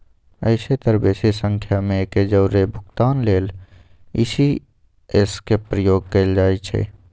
अइसेए तऽ बेशी संख्या में एके जौरे भुगतान लेल इ.सी.एस के प्रयोग कएल जाइ छइ